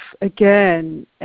again